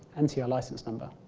enter your licence number.